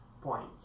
points